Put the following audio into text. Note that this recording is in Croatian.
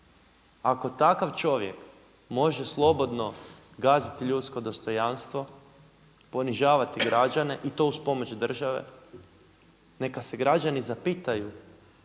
Ako takav čovjek može slobodno gaziti ljudsko dostojanstvo, ponižavati građane i to uz pomoć države neka se građani zapitaju